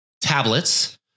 tablets